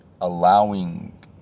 allowing